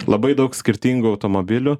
labai daug skirtingų automobilių